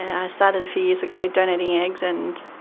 i started a few years ago donating eggs and